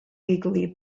legally